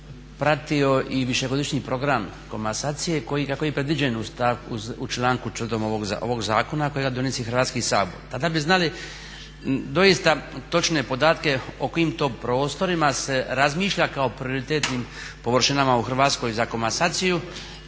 pratio i višegodišnji program komasacije kako je i predviđeno u članku ovog zakona kojega donosi Hrvatski sabor. Tada bi znali doista točne podatke o kojim to prostorima se razmišlja kao prioritetnim površinama u Hrvatskoj za komasaciju